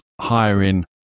hiring